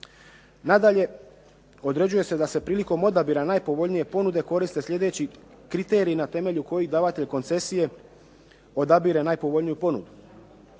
Nadalje, određuje se da se prilikom odabira najpovoljnije ponude koriste slijedeći kriteriji na temelju kojih davatelj koncesije odabire najpovoljniju ponudu.